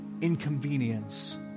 inconvenience